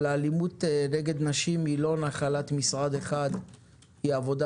אבל האלימות נגד נשים היא לא נחלת משרד אחד אלא היא עבודה